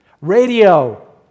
Radio